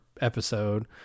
episode